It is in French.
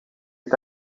est